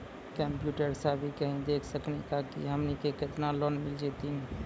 Computer सा भी कही देख सकी का की हमनी के केतना लोन मिल जैतिन?